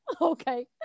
Okay